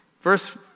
Verse